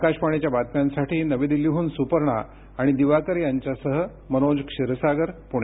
आकाशवाणीच्या बातम्यांसाठी नवी दिल्लीहून सुपर्णा आणि दिवाकर यांच्यासह मनोज क्षीरसागर पुणे